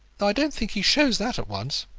though i don't think he shows that at once.